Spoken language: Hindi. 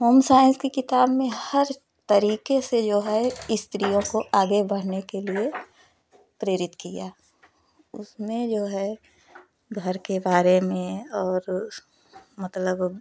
होमसाइंस की किताब में हर तरीके से जो है स्त्रियों को आगे बढ़ने के लिए प्रेरित किया उसमें जो है घर के बारे में और मतलब